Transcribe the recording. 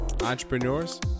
entrepreneurs